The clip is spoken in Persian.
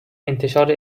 انتشار